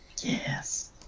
Yes